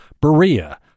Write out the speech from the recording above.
Berea